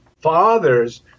fathers